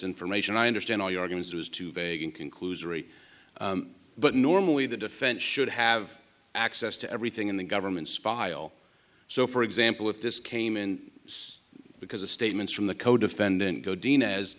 information i understand all your games was to begin conclusionary but normally the defense should have access to everything in the government's speil so for example if this came in because of statements from the codefendant go dean as